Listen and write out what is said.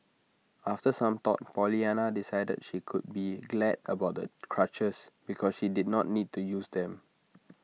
after some thought Pollyanna decided she could be glad about the crutches because she did not need to use them